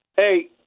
Hey